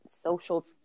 social